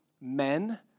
men